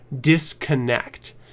disconnect